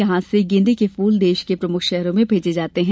यहां से गेंदे के फूल देश के प्रमुख शहरों में भेजे जाते हैं